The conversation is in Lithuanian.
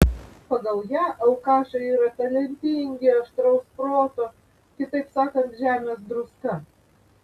pagal ją alkašai yra talentingi aštraus proto kitaip sakant žemės druska